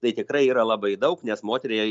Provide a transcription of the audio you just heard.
tai tikrai yra labai daug nes moteriai